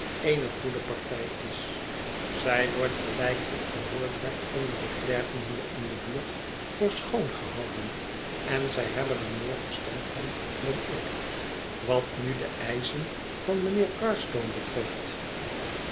eene goede partij is zij wordt gelijk ik gehoord heb onder de klerken hier in de buurt voor schoon gehouden en zij hebben er meer verstand van dan ik wat nu de eischen van mijnheer carstone betreft